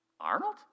Arnold